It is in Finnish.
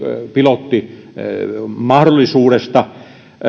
pilottimahdollisuudesta